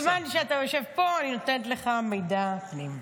בזמן שאתה יושב פה, אני נותנת לך מידע פנים.